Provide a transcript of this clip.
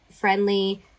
friendly